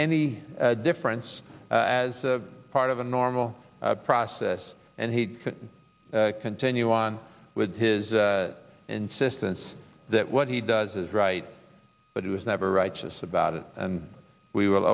any difference as part of a normal process and he could continue on with his insistence that what he does is right but it was never right just about it and we will